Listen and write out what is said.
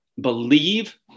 Believe